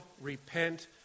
repent